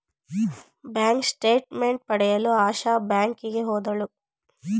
bank statement ಪಡೆಯಲು ಆಶಾ ಬ್ಯಾಂಕಿಗೆ ಹೋದಳು